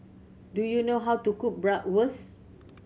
do you know how to cook Bratwurst